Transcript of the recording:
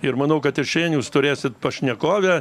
ir manau kad ir šiandien jūs turėsit pašnekovę